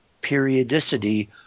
periodicity